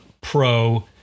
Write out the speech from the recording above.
pro